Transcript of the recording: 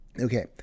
okay